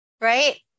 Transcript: Right